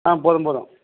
ஆ போதும் போதும்